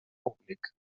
públic